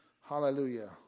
Hallelujah